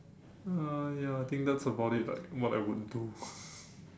uh ya I think that's about it like what I would do